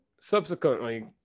subsequently